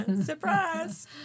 Surprise